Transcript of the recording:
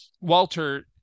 Walter